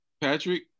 Patrick